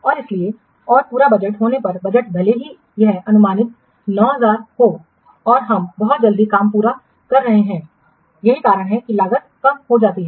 और इसलिए और पूरा होने पर बजट भले ही यह अनुमानित 9000 हो और हम बहुत जल्दी काम पूरा कर रहे हैं यही कारण है कि लागत कम हो जाती है